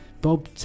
Bob